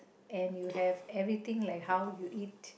and you have everything like how you eat